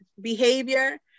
behavior